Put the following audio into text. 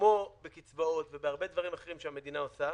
כמו בקצבאות ובהרבה דברים אחרים שהמדינה עושה,